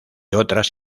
otras